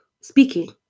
speaking